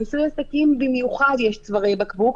ברישוי עסקים במיוחד יש צווארי בקבוק,